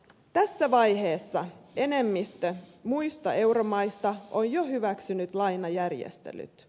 tässä vaiheessa enemmistö muista euromaista on jo hyväksynyt lainajärjestelyt